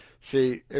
see